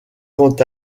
quant